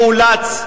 מאולץ,